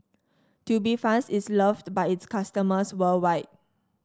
Tubifast is loved by its customers worldwide